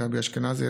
גבי אשכנזי,